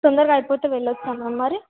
తొందరగా అయిపోతే వెళ్ళొచ్చా మ్యామ్ మరి